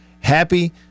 Happy